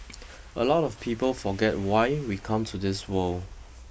a lot of people forget why we come to this world